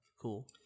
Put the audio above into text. Cool